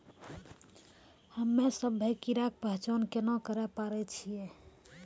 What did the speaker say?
हम्मे सभ्भे कीड़ा के पहचान केना करे पाड़ै छियै?